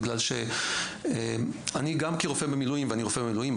בגלל שגם כרופא במילואים ואני רופא במילואים,